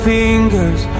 fingers